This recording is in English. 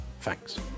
Thanks